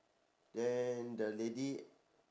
then the lady